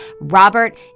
Robert